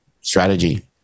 strategy